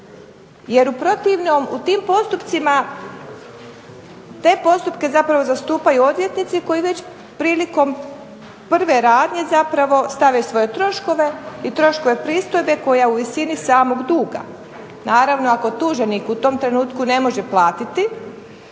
jer u protivnom u tim postupcima, te postupke zapravo zastupaju odvjetnici koji već prilikom prve radnje zapravo stave svoje troškove i troškove pristojbe koja je u visini samog duga. Naravno, ako tuženik u tom trenutku ne može platiti